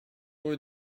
rue